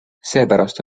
seepärast